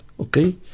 Okay